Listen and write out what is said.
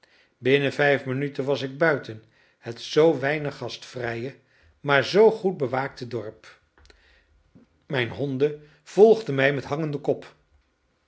binnen vijf minuten was ik buiten het zoo weinig gastvrije maar zoo goed bewaakte dorp mijne honden volgden mij met hangenden kop